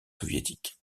soviétique